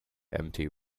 empty